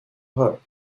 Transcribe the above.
hurt